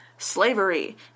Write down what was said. slavery